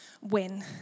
win